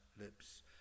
lips